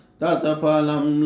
tatapalam